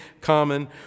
common